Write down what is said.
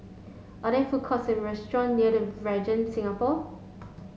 are there food courts and restaurant near the Regent Singapore